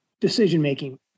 decision-making